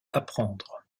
apprendre